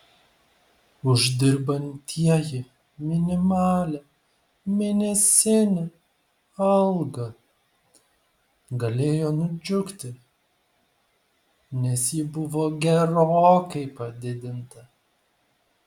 uždirbantieji minimalią mėnesinę algą galėjo nudžiugti nes ji buvo gerokai padidinta